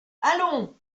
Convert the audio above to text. allons